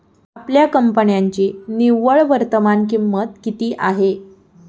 आपल्या कंपन्यांची निव्वळ वर्तमान किंमत किती आहे?